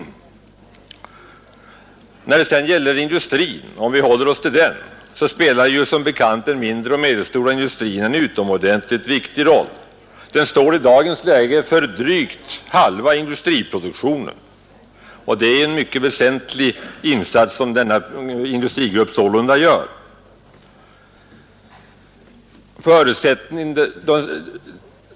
Om vi vidare håller oss till industrin, så spelar som bekant den mindre och medelstora industrin en utomordentligt viktig roll. Den står i dagens läge för drygt halva industriproduktionen, och det är sålunda en mycket väsentlig insats som denna industrigrupp gör.